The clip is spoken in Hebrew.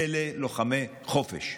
אלה לוחמי חופש.